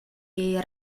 jej